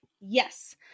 Yes